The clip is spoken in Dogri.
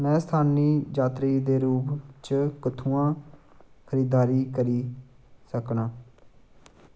में स्थानी जात्तरी दे रूप च कु'त्थुआं खरीदारी करी सकनां